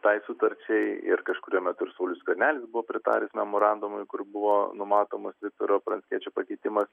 tai sutarčiai ir kažkuriuo metu ir saulius skvernelis buvo pritaręs memorandumui kur buvo numatomas viktoro pranckiečio pakeitimas